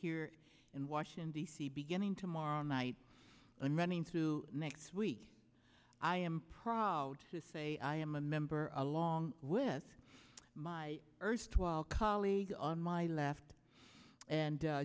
here in washington d c beginning tomorrow night and running through next week i am proud to say i am a member a long with my erstwhile colleague on my left and